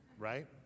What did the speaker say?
right